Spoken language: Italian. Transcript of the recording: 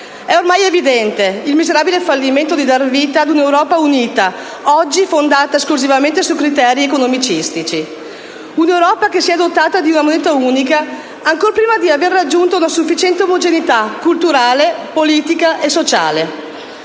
È oramai evidente il miserabile fallimento di dar vita ad una Europa unita, oggi fondata esclusivamente su criteri economicistici. Un'Europa che si è dotata di una moneta unica ancor prima di aver raggiunto una sufficiente omogeneità culturale, politica e sociale.